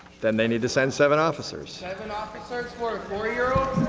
then they need to send seven officers. seven officers for a four-year-old?